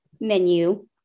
menu